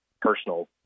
personal